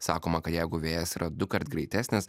sakoma kad jeigu vėjas yra dukart greitesnis